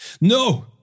No